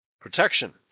protection